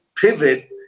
pivot